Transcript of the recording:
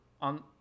on